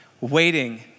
waiting